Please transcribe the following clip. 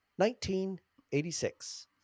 1986